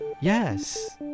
Yes